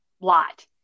lot